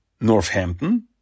Northampton